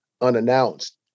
unannounced